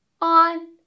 on